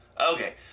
Okay